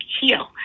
heal